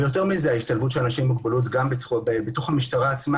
ויותר מזה ההשתלבות של אנשים עם מוגבלות במשטרה עצמה